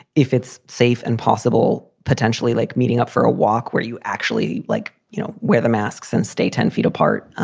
if it's safe and possible, potentially like meeting up for a walk where you actually like, you know, where the masks and stay ten feet apart.